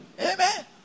Amen